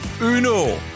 uno